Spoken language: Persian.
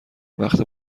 وقت